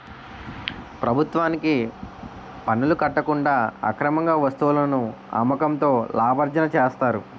ప్రభుత్వానికి పనులు కట్టకుండా అక్రమార్గంగా వస్తువులను అమ్మకంతో లాభార్జన చేస్తారు